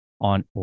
on